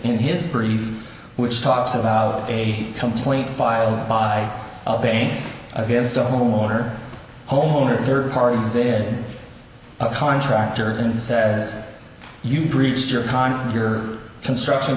in his brief which talks about a complaint filed by a against a homeowner homeowner third party existed a contractor and says you breached your con your construction